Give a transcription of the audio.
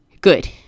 Good